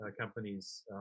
companies